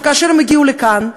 כאשר הם הגיעו לכאן,